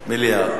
מליאה.